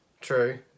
True